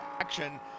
action